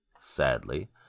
sadly